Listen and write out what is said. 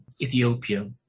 Ethiopia